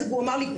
הוא אמר לי,